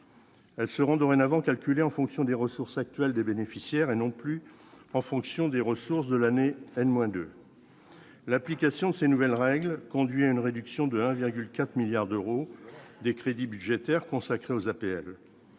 Elles seront dorénavant calculés en fonction des ressources actuelles des bénéficiaires et non plus en fonction des ressources de l'année, elle moins de l'application de ces nouvelles règles, conduit à une réduction de 1,4 milliards d'euros des crédits budgétaires consacrés aux APL